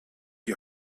die